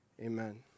amen